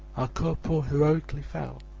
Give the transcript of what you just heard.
our corporal heroically fell!